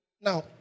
Now